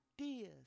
ideas